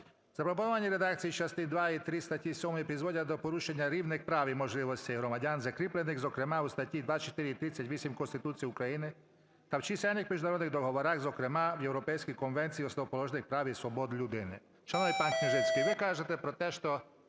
запропонованій редакції частини 2 і 3 статті 7 призводять до порушення рівних прав і можливостей громадян, закріплених, зокрема, у статті 24 і 38 Конституції України та в чисельних міжнародних договорах, зокрема в європейській Конвенції основоположних прав і свобод людини.